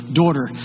daughter